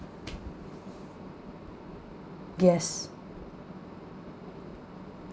yes